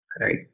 right